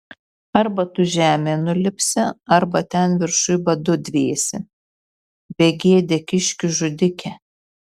arba tu žemėn nulipsi arba ten viršuj badu dvėsi begėde kiškių žudike